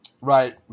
Right